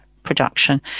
production